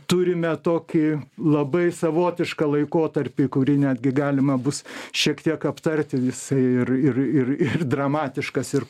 turime tokį labai savotišką laikotarpį kurį netgi galima bus šiek tiek aptarti jisai ir ir ir ir dramatiškas ir